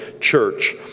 church